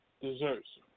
desserts